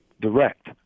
direct